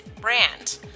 brand